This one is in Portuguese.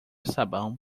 sabão